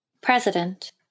President